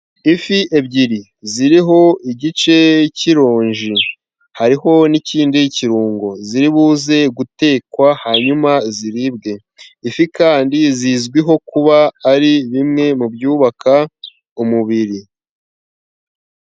Ifi ebyiri ziriho igice cy'ironji. Hariho n'ikindi kirungo. Ziri buze gutekwa hanyuma ziribwe. Ifi kandi zizwiho kuba ari bimwe mu byubaka umubiri.